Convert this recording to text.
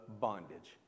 bondage